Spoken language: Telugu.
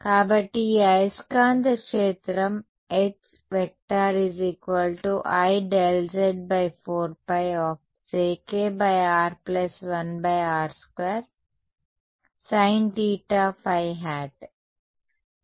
కాబట్టి ఈ అయస్కాంత క్షేత్రం HIz4πjkr 1 r2 sin θϕ ˆ